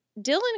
Dylan